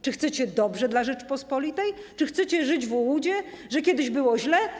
Czy chcecie dobrze dla Rzeczypospolitej, czy chcecie żyć w ułudzie, że kiedyś było źle?